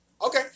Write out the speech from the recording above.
Okay